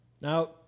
Now